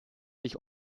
sich